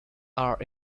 are